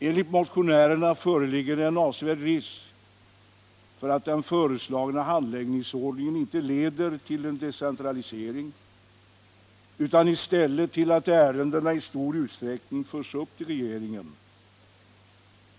Enligt motionärerna föreligger det en avsevärd risk för att den föreslagna handläggningsordningen inte leder till en decentralisering, utan i stället till att ärendena i stor utsträckning förs upp till regeringen.